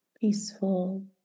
peaceful